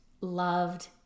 loved